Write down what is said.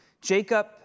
Jacob